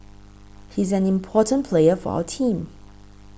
he's an important player for our team